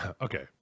Okay